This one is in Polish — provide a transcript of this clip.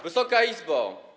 Wysoka Izbo!